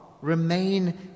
Remain